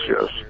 yes